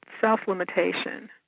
Self-limitation